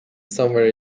somewhere